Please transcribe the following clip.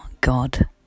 God